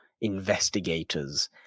investigators